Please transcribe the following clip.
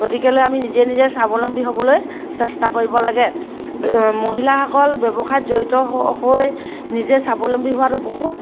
গতিকেলৈ আমি নিজে নিজে স্বাৱলম্বী হ'বলৈ চেষ্টা কৰিব লাগে মহিলাসকল ব্যৱসায় জড়িত হৈ নিজে স্বাৱলম্বী হোৱাটো বহুত